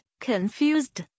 confused